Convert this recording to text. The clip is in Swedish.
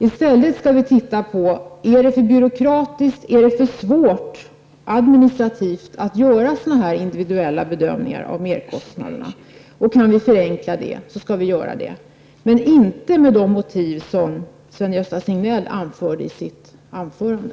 I stället skall vi se om det är för byråkratiskt, om det är för svårt administrativt att göra sådana här individuella bedömningar av merkostnaderna. Och kan vi förenkla detta, så skall vi göra det, men inte med de motiv som Sven-Gösta Signell angav i sitt anförande.